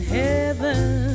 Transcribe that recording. heaven